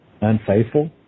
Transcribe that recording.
unfaithful